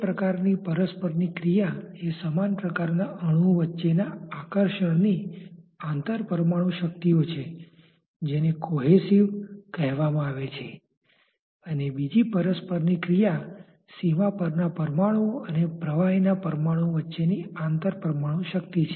પ્રથમ વસ્તુ એ છે કે પ્લેટ પ્રવાહીને ધીમું કરવાનો પ્રયાસ કરે છે જે તેની સાથે સંપર્કમાં છે અને તે અસર પ્રવાહીની સ્નિગ્ધતા દ્વારા બહારની તરફના બાહ્ય પ્રવાહીમાં ફેલાય છે